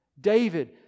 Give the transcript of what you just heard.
David